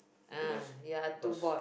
because